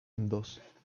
dos